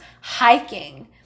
hiking